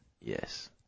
Yes